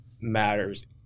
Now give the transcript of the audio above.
matters